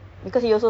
oh